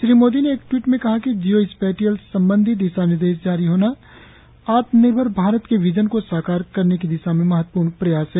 श्री मोदी ने एक ट्वीट में कहा कि जियो स्पैटियल संबंधी दिशा निर्देश जारी होना आत्मनिर्भर भारत के विजन को साकार करने की दिशा में महत्वपूर्ण प्रयास है